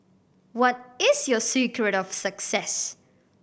what is your secret of success